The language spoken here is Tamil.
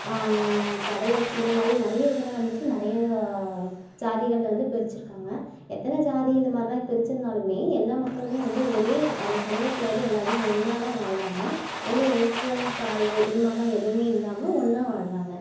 படையாச்சு இந்த மாரி நிறைய இதில் வந்துவிட்டு நிறைய ஜாதிகளில் வந்து பிரிச்சுருக்காங்க எத்தனை ஜாதி இந்தமாரிலாம் பிரிச்சுருந்தாலுமே எல்லா மக்களுமே வந்து ஒரே அந்த சமூகத்தில் வந்து எல்லாருமே ஒன்னாகதான் வாழ்றாங்க எந்த ஏற்றம் தாழ்வு இதுமாரிலாம் எதுவுமே இல்லாமல் ஒன்னாக வாழ்றாங்க